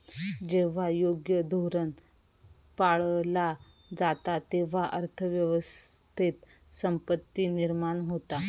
जेव्हा योग्य धोरण पाळला जाता, तेव्हा अर्थ व्यवस्थेत संपत्ती निर्माण होता